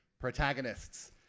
protagonists